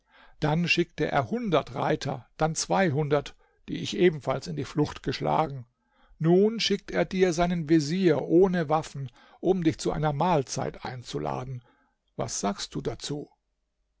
dann schickte er hundert reiter dann zweihundert die ich ebenfalls in die flucht geschlagen nun schickt er dir seinen vezier ohne waffen um dich zu einer mahlzeit einzuladen was sagst du dazu